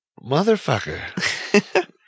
motherfucker